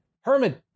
Herman